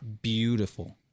beautiful